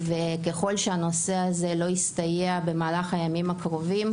ככל שהנושא הזה לא יסתייע במהלך הימים הקרובים,